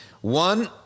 one